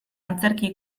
antzerki